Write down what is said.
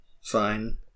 Fine